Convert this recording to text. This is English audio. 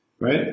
right